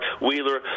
Wheeler